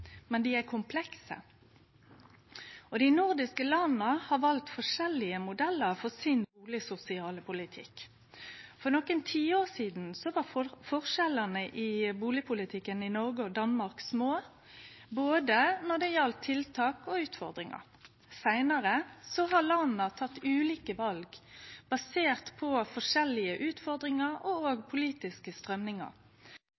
men dei er komplekse. Dei nordiske landa har valt forskjellige modellar for den bustadsosiale politikken. For nokre tiår sidan var forskjellane i bustadpolitikken i Noreg og Danmark små, både når det gjaldt tiltak og utfordringar. Seinare har landa teke ulike val, baserte på forskjellige utfordringar og